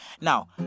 Now